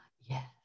Yes